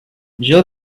jill